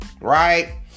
right